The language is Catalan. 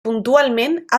puntualment